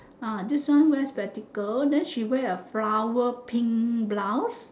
uh this one wear spectacle then she wear a flower pink blouse